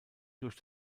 durch